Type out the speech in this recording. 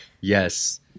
yes